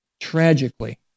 tragically